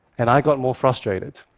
and i got more frustrated.